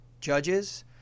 judges